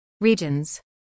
regions